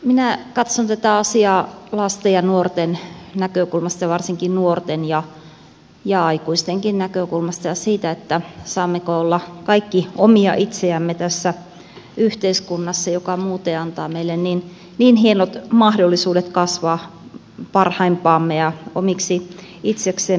minä katson tätä asiaa lasten ja nuorten näkökulmasta ja varsinkin nuorten ja aikuistenkin näkökulmasta ja siitä näkökulmasta saammeko olla kaikki omia itsejämme tässä yhteiskunnassa joka muuten antaa meille niin hienot mahdollisuudet kasvaa parhaimpaamme ja omiksi itseksemme